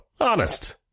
Honest